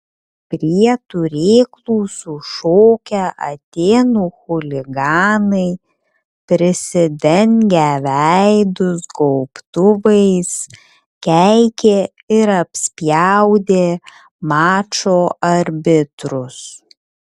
prie turėklų sušokę atėnų chuliganai prisidengę veidus gaubtuvais keikė ir apspjaudė mačo arbitrus